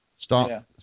stop